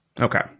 Okay